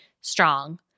strong